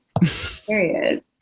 period